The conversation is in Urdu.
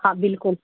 ہاں بالکل